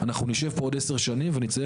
אנחנו נשב פה עוד עשר שנים ואנחנו נצטרך